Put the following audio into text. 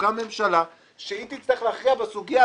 כשתוקם ממשלה שהיא תצטרך להכריע בסוגיה,